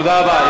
תודה רבה.